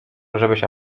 żebyś